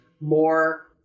more